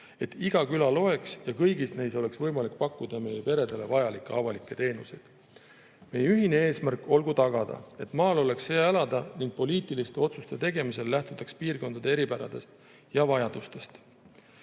et iga küla loeks ja kõigis neis oleks võimalik pakkuda meie peredele vajalikke avalikke teenuseid. Meie ühine eesmärk olgu tagada, et maal oleks hea elada ning poliitiliste otsuste tegemisel lähtutaks piirkondade eripäradest ja vajadustest.